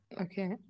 Okay